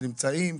שנמצאים,